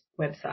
website